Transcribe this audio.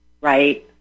right